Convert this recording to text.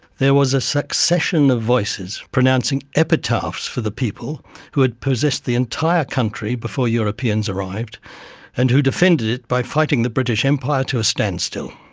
there was a succession of voices pronouncing epitaphs for the people who had possessed the entire country before europeans arrived and who defended it by fighting the british empire to a standstill.